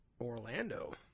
Orlando